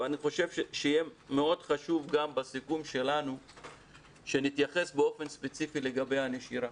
שיהיה חשוב מאוד גם בסיכום שלנו שנתייחס באופן ספציפי לגבי הנשירה,